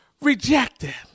rejected